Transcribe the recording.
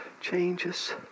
changes